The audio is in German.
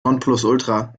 nonplusultra